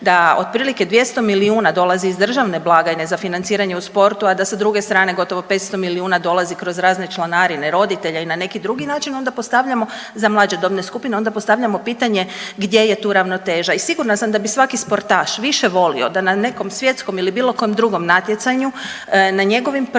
da otprilike 200 milijuna dolazi iz državne blagajne za financiranje u sportu, a da sa druge strane gotovo 500 milijuna dolazi kroz razne članarine, roditelje i na neki drugi način onda postavljamo, za mlađe dobne skupine, onda postavljamo pitanje gdje je tu ravnoteža i sigurna sam da bi svaki sportaš više volio da na nekom svjetskom ili bilo kojem drugom natjecanju na njegovim prsima,